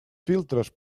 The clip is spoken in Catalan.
filtres